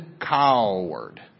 coward